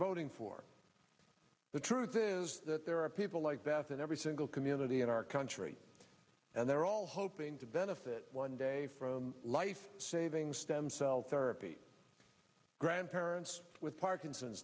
voting for the truth is that there are people like that in every single community in our country and they're all hoping to benefit one day from life saving stem cell therapy grandparents with parkinson's